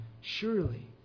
surely